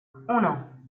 uno